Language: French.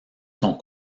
sont